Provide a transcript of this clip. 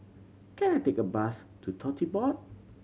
can I take a bus to Tote Board